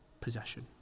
possession